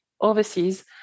overseas